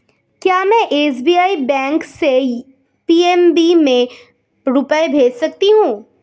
क्या में SBI bank से पी.एन.बी में रुपये भेज सकती हूँ?